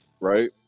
right